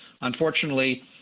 unfortunately